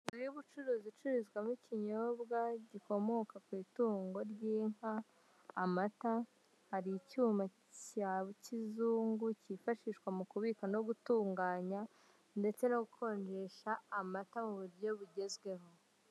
Inzu y'ubucuruzi icururizwamo ikinyobwa gikomoka ku itungo ry'inka amata, hari icyuma cya kizungu kifashishwa mu kubika no gutunganya ndetse no gukonjesha amata mu buryo bugezweho.